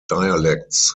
dialects